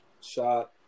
shot